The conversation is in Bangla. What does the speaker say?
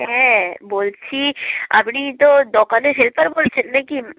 হ্যাঁ বলছি আপনি তো দোকানের হেল্পার বলছেন না কি